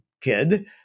kid